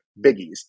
biggies